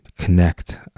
connect